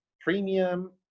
premium